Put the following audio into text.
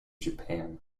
japan